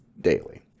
daily